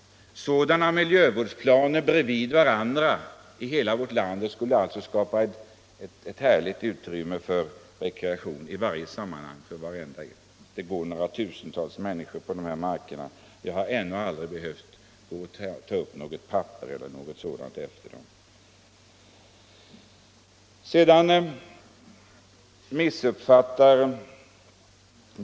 Sådana miljövårdsplaner bredvid varandra i hela vårt land skulle skapa ett härligt utrymme för rekreation åt alla människor. I mina marker har det t.ex. gått några tusen människor varje år, och jag har ännu aldrig behövt gå och plocka upp papper eller annat skräp efter dem.